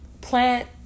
plant